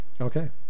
Okay